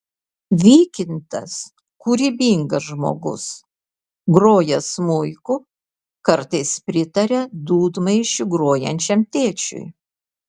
vykintas kūrybingas žmogus groja smuiku kartais pritaria dūdmaišiu grojančiam tėčiui